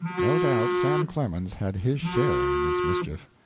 no doubt sam clemens had his share in this mischief.